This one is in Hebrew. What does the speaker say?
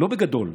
לא בגדול,